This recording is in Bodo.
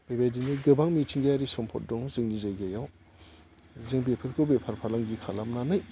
बेबायदिनो गोबां मिथिंगायारि सम्फद दं जोंनि जायगायाव जों बेफोरखौ बेफार फालांगि खालामनानै